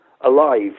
alive